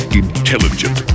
intelligent